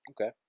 Okay